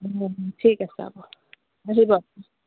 অঁ ঠিক আছে হ'ব আহিব